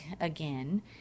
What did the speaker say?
again